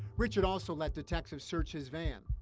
richard also let detectives search his van.